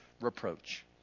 reproach